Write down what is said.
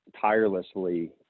tirelessly